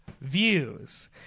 views